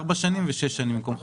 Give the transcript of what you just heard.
ארבע שנים ושש שנים במקום חמש.